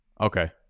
Okay